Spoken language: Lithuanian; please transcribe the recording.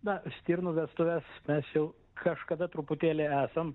na stirnų vestuves mes jau kažkada truputėlį esam